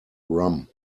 rum